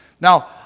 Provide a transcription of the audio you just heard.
Now